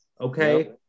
okay